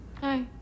Hi